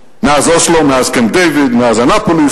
אוסלו, מאז קמפ-דייוויד, מאז אנאפוליס,